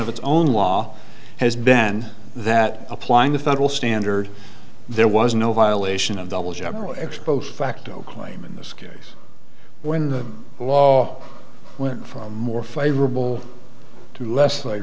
of its own law has ben that applying the federal standard there was no violation of double jeopardy ex post facto claim in this case when the law went far more favorable to less like